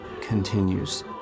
continues